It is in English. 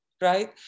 Right